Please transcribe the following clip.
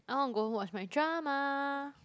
I want go home watch my drama